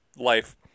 life